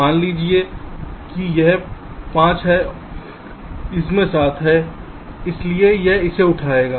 मान लीजिए कि यह 5 है इसमें 7 हैं इसलिए यह इसे उठाएगा